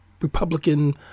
Republican